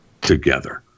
together